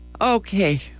okay